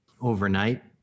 overnight